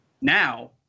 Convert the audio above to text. Now